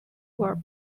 were